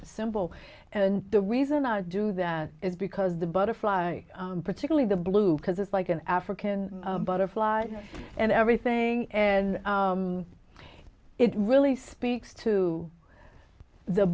symbol and the reason i do that is because the butterfly particularly the blue because it's like an african butterfly and everything and it really speaks to the